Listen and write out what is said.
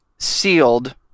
Sealed